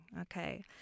Okay